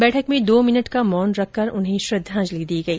बैठक में दो मिनट का मौन रखकर उन्हें श्रद्वांजलि दी गई